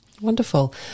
wonderful